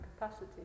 capacity